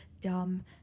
dumb